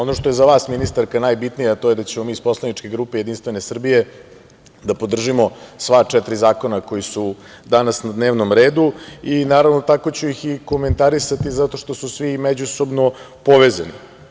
Ono što je za vas ministarka najbitnije, a to je da ćemo mi iz poslaničke grupe JS da podržimo sva četiri zakona koji su danas na dnevnom redu i naravno tako ću ih i komentarisati zato što su svi međusobno povezani.